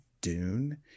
Dune